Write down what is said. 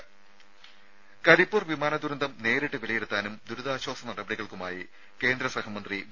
രുമ കരിപ്പൂർ വിമാന ദുരന്തം നേരിട്ട് വിലയിരുത്താനും ദുരിതാശ്വാസ നടപടികൾക്കുമായി കേന്ദ്രസഹമന്ത്രി വി